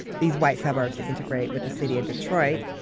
these white suburbs to integrate with the city of detroit.